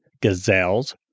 gazelles